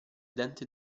dente